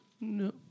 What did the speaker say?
No